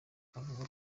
avuga